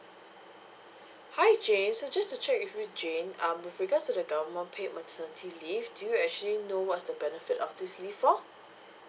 hi jane so just to check with you jane um with regards to the government paid maternity leave do you actually know what's the benefit of this leave for